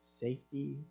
Safety